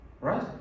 right